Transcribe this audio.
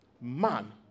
man